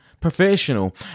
Professional